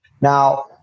Now